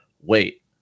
wait